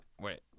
Wait